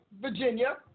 Virginia